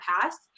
past